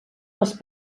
les